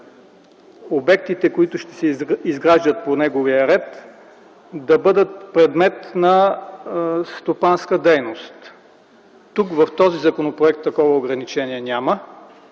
обектите, които ще се изграждат по неговия ред, да бъдат предмет на стопанска дейност. Тук, в този законопроект такова ограничение няма,